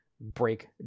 break